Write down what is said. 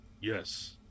Yes